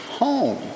home